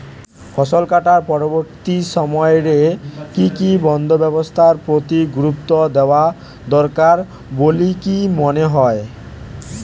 ফসলকাটার পরবর্তী সময় রে কি কি বন্দোবস্তের প্রতি গুরুত্ব দেওয়া দরকার বলিকি মনে হয়?